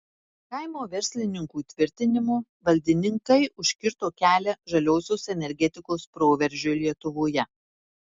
kaimo verslininkų tvirtinimu valdininkai užkirto kelią žaliosios energetikos proveržiui lietuvoje